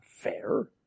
fair